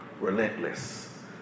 relentless